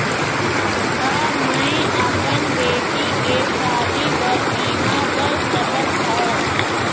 का मैं अपन बेटी के शादी बर बीमा कर सकत हव?